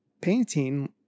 painting